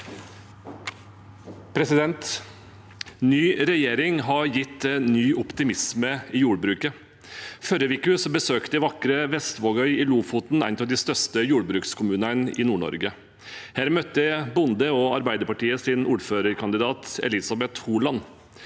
Ny regjering har gitt ny optimisme i jordbruket. Forrige uke besøkte jeg vakre Vestvågøy i Lofoten, en av de største jordbrukskommunene i Nord-Norge. Her møtte jeg bonde – og Arbeiderpartiets ordførerkandidat – Elisabeth Holand.